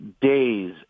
days